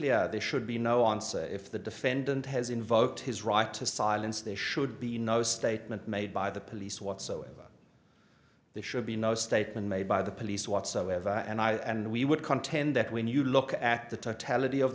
clear they should be no onset if the defendant has invoked his right to silence they should be no statement made by the police whatsoever there should be no statement made by the police whatsoever and i and we would contend that when you look at the